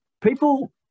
people